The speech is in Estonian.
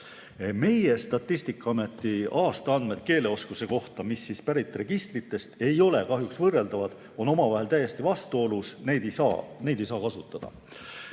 Meie Statistikaameti aastaandmed keeleoskuse kohta, mis on pärit registritest, ei ole kahjuks võrreldavad, on omavahel täiesti vastuolus, neid ei saa kasutada.